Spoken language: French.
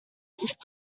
groupe